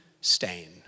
stain